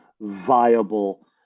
viable